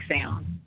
sound